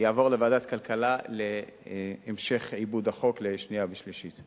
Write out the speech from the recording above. יעבור לוועדת הכלכלה להמשך עיבוד החוק לקריאה שנייה ושלישית.